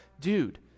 dude